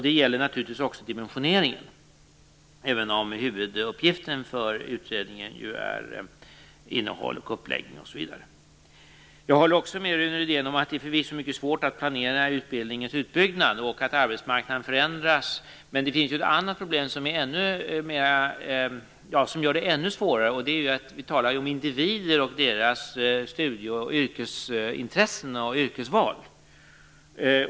Det gäller naturligtvis också dimensioneringen, även om huvuduppgiften för utredningen ju är innehåll, uppläggning osv. Jag håller också med Rune Rydén om att det förvisso är mycket svårt att planera utbildningens utbyggnad och att arbetsmarknaden förändras. Men det finns ett annat problem som gör detta ännu svårare, och det är att vi här talar om individer och deras studie och yrkesintressen och yrkesval.